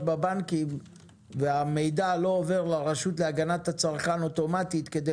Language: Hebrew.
בבנקים והמידע לא עובר לרשות להגנת הצרכן אוטומטית כדי